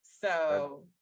So-